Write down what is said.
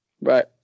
Right